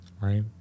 right